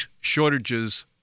shortages